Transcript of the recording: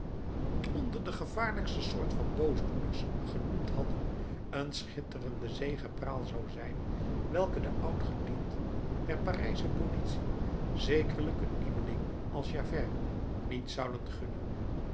onder de gevaarlijkste soort van boosdoeners genoemd hadden een schitterende zegepraal zou zijn welke de oudgedienden der parijsche politie zekerlijk een nieuweling als javert niet zouden gunnen